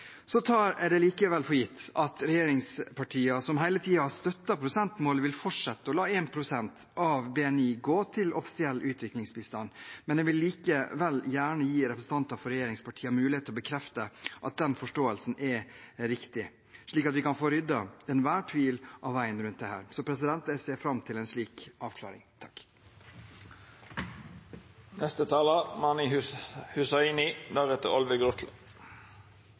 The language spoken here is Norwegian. det likevel for gitt at regjeringspartiene, som hele tiden har støttet prosentmålet, vil fortsette å la 1 pst. av BNI gå til offisiell utviklingsbistand, men jeg vil gjerne gi representanter for regjeringspartiene mulighet til å bekrefte at den forståelsen er riktig, slik at vi kan få ryddet enhver tvil av veien rundt dette. Jeg ser fram til en slik avklaring.